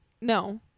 No